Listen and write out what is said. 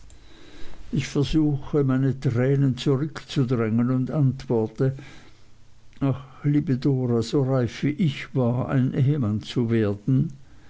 ich versuche meine tränen zurückzudrängen und antworte ach liebe dora so reif wie ich war ein ehemann zu werden